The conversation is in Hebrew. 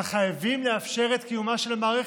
אבל חייבים לאפשר את קיומה של המערכת,